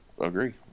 agree